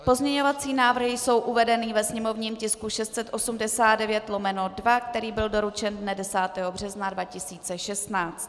Pozměňovací návrhy jsou uvedeny ve sněmovním tisku 689/2, který byl doručen dne 10. března 2016.